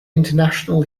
international